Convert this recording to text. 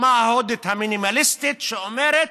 הדוגמה ההודית, המינימליסטית, אומרת: